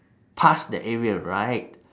past that area right